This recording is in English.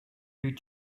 you